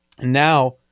Now